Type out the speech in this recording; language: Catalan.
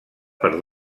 per